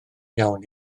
iawn